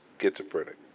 schizophrenic